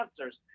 answers